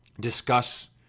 discuss